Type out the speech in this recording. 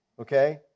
Okay